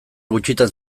gutxitan